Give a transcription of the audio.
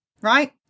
right